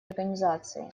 организации